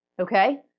Okay